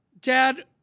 Dad